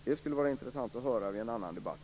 Det skulle vara intressant att höra i en annan debatt.